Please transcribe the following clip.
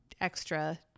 extra